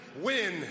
win